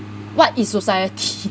what is society